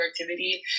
activity